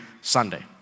Sunday